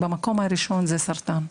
במקום הראשון, הוא הסרטן.